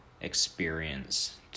experience